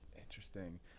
Interesting